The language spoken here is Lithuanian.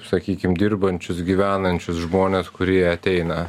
sakykim dirbančius gyvenančius žmones kurie ateina